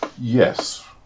Yes